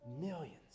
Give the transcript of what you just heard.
Millions